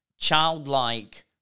childlike